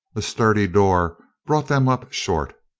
a sturdy door brought them up short.